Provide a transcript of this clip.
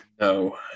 No